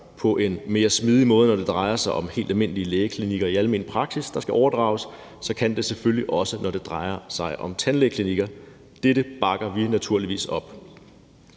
på en mere smidig måde, når det drejer sig om helt almindelige lægeklinikker i almen praksis, der skal overdrages, kan det selvfølgelig også lade sig gøre, når det drejer sig om tandlægeklinikker. Dette bakker vi naturligvis op